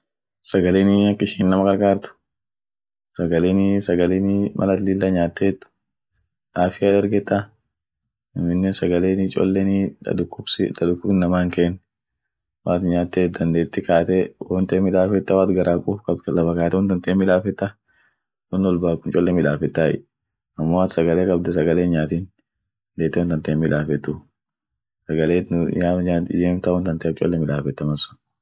Sagalenii ak ishin inama karkaart, sagalenii sagalenii mal at lilla nyaatet, afia dargeta, aminen sagaleni chollenii ta dukub si-ta dukub inama hin keen, woat chateet dandetee kaate wonte midafeta, woat gara kuufkabd lafakaate wontante hin midafeta won wolba akum cholle midafetay amo woat sagale kabda woat sagale hin'nyaatin dandeete won tante himmidafetu, sagale nuut nyaam nyaat ijemta wont tante ak cholle midafeta mal sun.